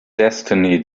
destiny